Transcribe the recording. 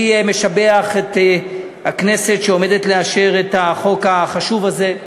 אני משבח את הכנסת שעומדת לאשר את החוק החשוב הזה,